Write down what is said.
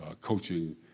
coaching